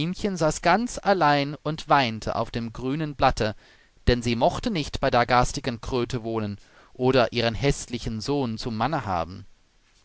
saß ganz allein und weinte auf dem grünen blatte denn sie mochte nicht bei der garstigen kröte wohnen oder ihren häßlichen sohn zum manne haben